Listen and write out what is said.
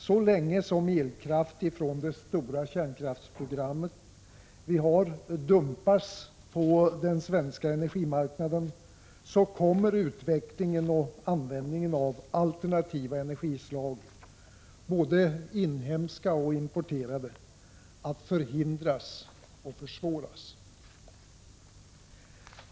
Så länge som elkraft från det stora kärnkraftsprogram vi har dumpas på den svenska energimarknaden, kommer utvecklingen och användningen av 63 försvåras.